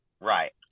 Right